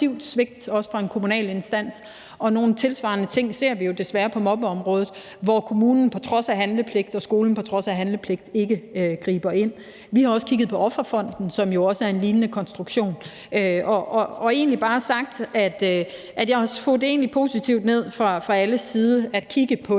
svigt, også fra en kommunal instans, og nogle tilsvarende ting ser vi jo desværre på mobbeområdet, hvor kommunen på trods af handlepligt og skolen på trods af handlepligt ikke griber ind. Vi har også kigget på Offerfonden, som jo er en lignende konstruktion, og jeg tog det positivt ned fra alles side om at kigge på